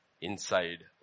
Inside